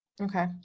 Okay